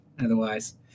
Otherwise